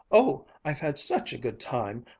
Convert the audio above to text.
oh, i've had such a good time!